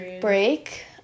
break